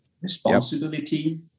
responsibility